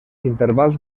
intervals